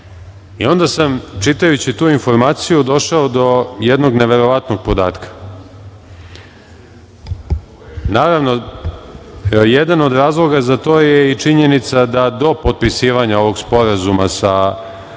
i onda sam, čitajući tu informaciju, došao do jednog neverovatnog podatka. Naravno, jedan od razloga za to je i činjenica da do potpisivanja ovog sporazuma sa